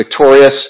victorious